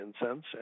incense